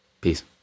Peace